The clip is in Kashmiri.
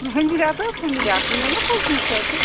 ہوٚمہِ رٮ۪تہٕ ہوٚمہِ رٮ۪تہٕ نِیٛوٗ نا پٕنٛژٕ شتھٕ